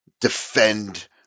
defend